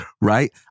right